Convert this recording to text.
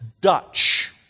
Dutch